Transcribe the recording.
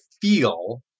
feel